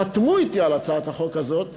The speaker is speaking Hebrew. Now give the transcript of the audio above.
חתמו אתי על הצעת החוק הזאת